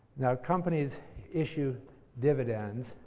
now, companies issue dividends.